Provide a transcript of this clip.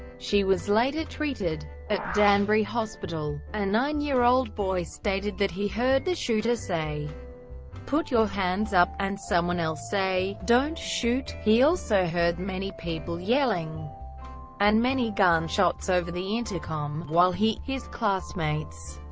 she was later treated at danbury hospital. a nine-year-old boy stated that he heard the shooter say put your hands up! and someone else say don't shoot! he also heard many people yelling and many gunshots over the intercom, while he, his classmates,